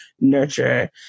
nurture